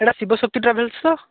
ଏଇଟା ଶିବଶକ୍ତି ଟ୍ରାଭେଲ୍ସ ତ